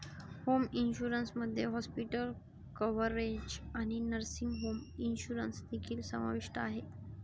home insurance मध्ये hospital coverage आणि nursing home insurance देखील समाविष्ट आहे